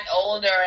older